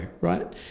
right